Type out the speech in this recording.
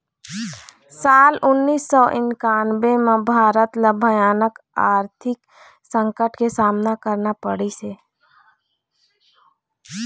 साल उन्नीस सौ इन्कानबें म भारत ल भयानक आरथिक संकट के सामना करना पड़िस हे